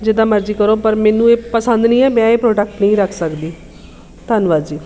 ਜਿੱਦਾਂ ਮਰਜ਼ੀ ਕਰੋ ਪਰ ਮੈਨੂੰ ਇਹ ਪਸੰਦ ਨਹੀਂ ਹੈ ਮੈਂ ਇਹ ਪ੍ਰੋਡਕਟ ਨਹੀਂ ਰੱਖ ਸਕਦੀ ਧੰਨਵਾਦ ਜੀ